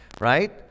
right